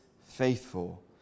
faithful